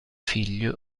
figlio